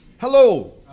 Hello